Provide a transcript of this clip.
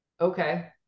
okay